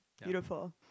Beautiful